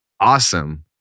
awesome